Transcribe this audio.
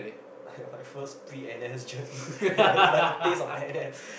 yeah my first pre N_S journey it's like a taste of N_S